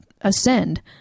ascend